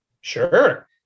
Sure